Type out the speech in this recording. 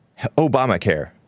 Obamacare